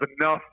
enough